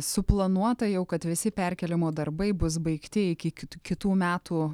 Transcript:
suplanuota jau kad visi perkėlimo darbai bus baigti iki kit kitų metų